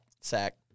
sack